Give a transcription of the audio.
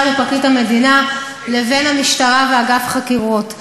לפרקליט המדינה לבין המשטרה ואגף החקירות.